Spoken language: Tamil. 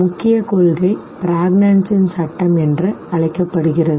முக்கிய கொள்கை ப்ரக்னான்ஸின் சட்டம்law of Prägnanz என்று அழைக்கப்படுகிறது